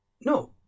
No